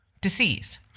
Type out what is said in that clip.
disease